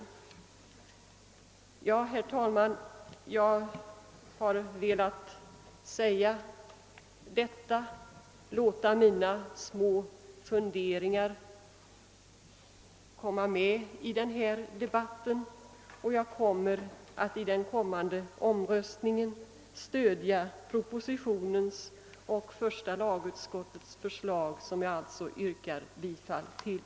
Jag har, herr talman, velat låta dessa små funderingar komma med i denna debatt, och jag ämnar vid omröstningen stödja propositionens och första lagutskottets förslag som jag alltså yrkar bifall till.